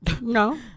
no